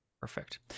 Perfect